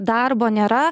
darbo nėra